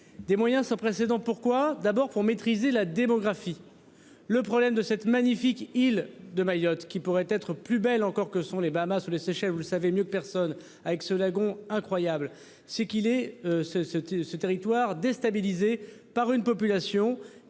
des moyens sans précédent. Pourquoi d'abord pour maîtriser la démographie. Le problème de cette magnifique île de Mayotte qui pourraient être plus belle encore que sont les Bahamas ou les Seychelles, vous le savez mieux que personne. Avec ce lagon incroyable c'est qu'il est ce ce ce territoire déstabilisé par une population